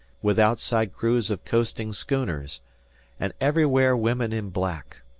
with outside crews of coasting schooners and everywhere women in black,